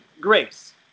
grace